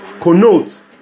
connotes